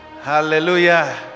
Hallelujah